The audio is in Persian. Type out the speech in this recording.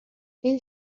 این